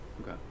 Okay